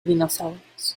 dinosaurios